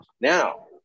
Now